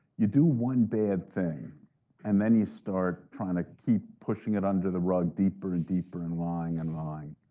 you do one bad thing and then you start trying to keep pushing it under the rug deeper and deeper and lying and lying.